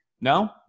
No